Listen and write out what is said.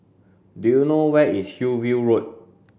do you know where is Hillview Road